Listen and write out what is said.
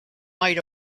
might